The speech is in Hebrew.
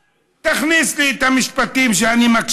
ומכניס לי את המשפטים שאני שומע: